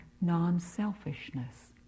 non-selfishness